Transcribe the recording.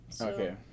Okay